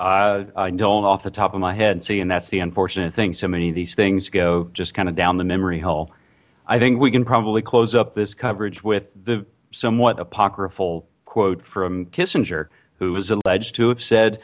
um i don't off the top of my head and that's the unfortunate thing so many of these things go just kind of go down the memory hole i think we can probably close up this coverage with the somewhat apocryphal quote from kissinger who was alleged to have said